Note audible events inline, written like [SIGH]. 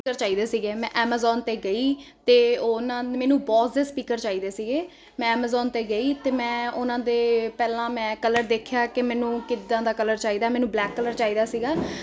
[UNINTELLIGIBLE] ਚਾਹੀਦੇ ਸੀਗੇ ਮੈਂ ਐਮਜੋਨ 'ਤੇ ਗਈ ਅਤੇ ਉਹ ਨਾ ਮੈਨੂੰ ਬੋਜ਼ ਦੇ ਸਪੀਕਰ ਚਾਹੀਦੇ ਸੀਗੇ ਮੈਂ ਐਮਾਜ਼ੋਨ 'ਤੇ ਗਈ ਅਤੇ ਮੈਂ ਉਹਨਾਂ ਦੇ ਪਹਿਲਾਂ ਮੈਂ ਕਲਰ ਦੇਖਿਆ ਕਿ ਮੈਨੂੰ ਕਿੱਦਾਂ ਦਾ ਕਲਰ ਚਾਹੀਦਾ ਮੈਨੂੰ ਬਲੈਕ ਕਲਰ ਚਾਹੀਦਾ ਸੀਗਾ